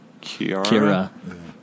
kira